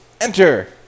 enter